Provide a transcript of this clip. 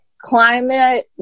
climate